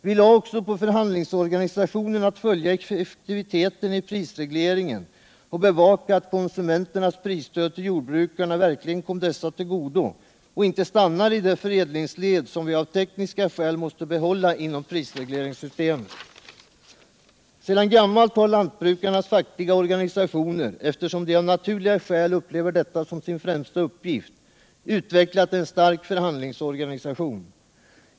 Vi ålade också förhandlingsorganisationerna att kontrollera effektiviteten i prisregleringen och att bevaka att konsumenternas prisstöd till jordbrukarna verkligen kommer dessa till godo och inte stannar i det förädlingsled som vi av tekniska skäl måste behålla inom prisregleringssystemet. Sedan gammalt har lantbrukarnas fackliga organisationer, eftersom de av naturliga skäl upplever detta som sin främsta uppgift, utvecklat en stark förhandlingsorganisation.